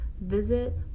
visit